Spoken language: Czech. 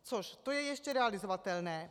Což, to je ještě realizovatelné.